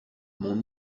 mon